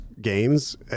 games